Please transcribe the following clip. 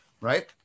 right